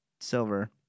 silver